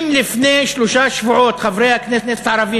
אם לפני שלושה שבועות חברי הכנסת הערבים